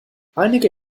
einige